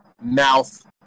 mouth